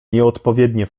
nieodpowiednie